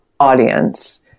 audience